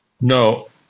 No